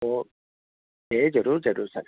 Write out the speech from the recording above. ಓ ಏ ಜರೂರ್ ಜರೂರ್ ಸರ್